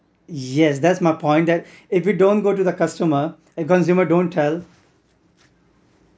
yes that's my point that if you don't go to the customer and consumer don't tell